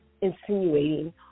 insinuating